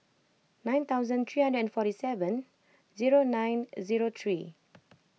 nine thousand three hundred and forty seven zero nine zero three